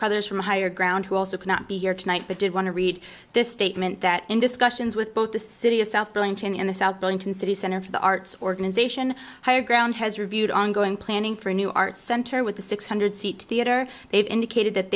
crothers from higher ground who also cannot be here tonight but did want to read this statement that in discussions with both the city of south burlington in the south burlington city center for the arts organization higher ground has reviewed ongoing planning for a new art center with the six hundred seat theater they've indicated that